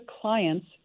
clients